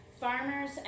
farmers